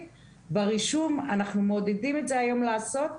ברישום אנחנו מעודדים לעשות את זה היום.